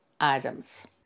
items